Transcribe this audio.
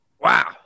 wow